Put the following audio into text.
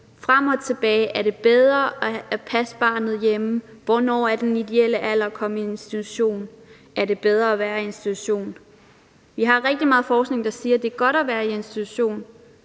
meget forskning: Er det bedre at passe barnet hjemme? Hvad er den ideelle alder for at komme i institution? Er det bedre at være i institution? Vi har rigtig meget forskning, der viser, at det er godt at være i institution